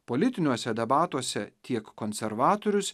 politiniuose debatuose tiek konservatorius